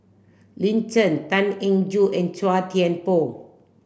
Lin Chen Tan Eng Joo and Chua Thian Poh